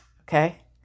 Okay